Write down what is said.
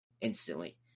instantly